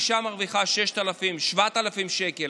אישה מרוויחה 6,000 או 7,000 שקל,